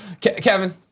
Kevin